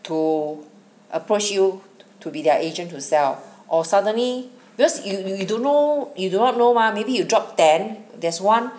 to approach you to be their agent to sell or suddenly because you you don't know you do not know mah maybe you drop ten there's one